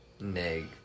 Neg